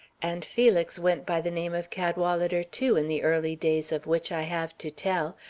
and felix went by the name of cadwalader, too, in the early days of which i have to tell,